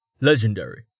Legendary